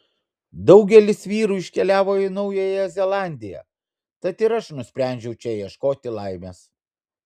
daugelis vyrų iškeliavo į naująją zelandiją tad ir aš nusprendžiau čia ieškoti laimės